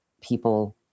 people